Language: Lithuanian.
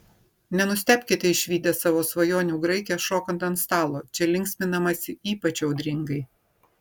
nenustebkite išvydę savo svajonių graikę šokant ant stalo čia linksminamasi ypač audringai